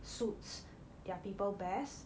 suits their people best